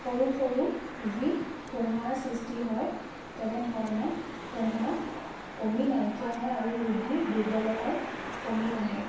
সৰু সৰু যি ফোঁহা সৃষ্টি হয় তেনেধৰণৰ ফোঁহা কমি নাইকিয়া হয় আৰু ৰোগীৰ দুৰ্বলতাও কমি আহে